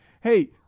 Hey